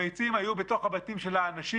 הביצים היו בתוך הבתים של האנשים.